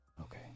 Okay